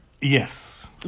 Yes